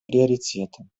приоритетом